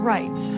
Right